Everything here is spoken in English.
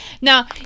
Now